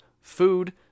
food